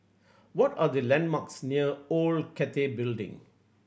what are the landmarks near Old Cathay Building